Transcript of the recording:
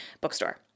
bookstore